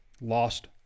lost